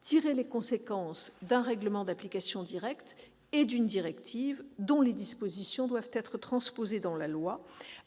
tirer les conséquences d'un règlement d'application directe et d'une directive, dont les dispositions doivent être transposées dans la loi,